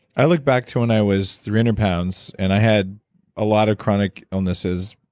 i look back to when i was three hundred pounds and i had a lot of chronic illnesses.